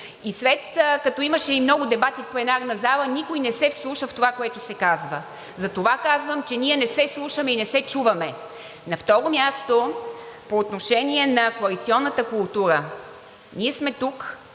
След като имаше и много дебати в пленарната зала, никой не се вслуша в това, което се казва. Затова казвам, че ние не се слушаме и не се чуваме. На второ място, по отношение на коалиционната култура. Ние сме тук